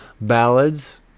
ballads